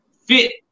fit